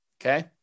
Okay